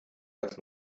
als